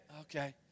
okay